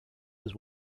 was